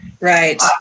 Right